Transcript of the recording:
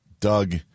Doug